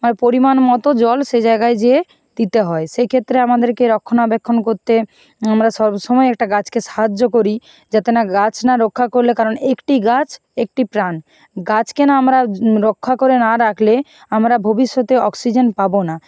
আর পরিমাণমতো জল সেই জায়গায় যেয়ে দিতে হয় সেক্ষেত্রে আমাদেরকে রক্ষণাবেক্ষণ করতে আমরা সবসময় একটা গাছকে সাহায্য করি যাতে না গাছ না রক্ষা করলে কারণ একটি গাছ একটি প্রাণ গাছকে না আমরা রক্ষা করে না রাখলে আমরা ভবিষ্যতে অক্সিজেন পাবো না